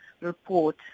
report